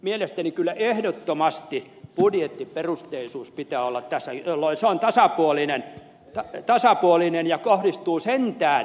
mielestäni kyllä ehdottomasti budjettiperusteisuus pitää olla tässä jolloin se on tasapuolinen ja kohdistuu sentään